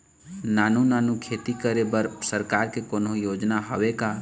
नानू नानू खेती करे बर सरकार के कोन्हो योजना हावे का?